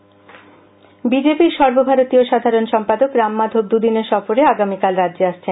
BJP BJP র সর্বভারতীয় সাধারণ সম্পাদক রামমাধব দুই দিনের সফরে আগামীকাল রাজ্যে আসছেন